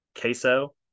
queso